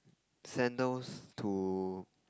sandals to